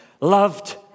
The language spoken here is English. loved